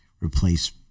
replace